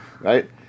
right